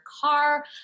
car